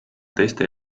teiste